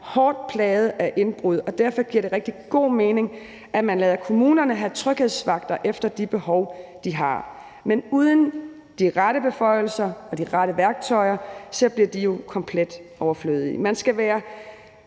hårdt plaget af indbrud, og derfor giver det rigtig god mening, at man lader kommunerne have tryghedsvagter efter de behov, de har. Men uden de rette beføjelser og de rette værktøjer bliver de jo komplet overflødige. Man skal være